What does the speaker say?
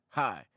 Hi